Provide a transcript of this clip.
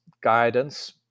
guidance